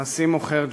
הנשיא מוקהרג'י,